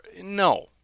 No